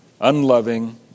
unloving